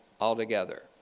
altogether